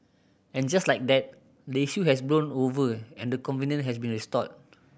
and just like that the issue has blown over and the covenant has been restored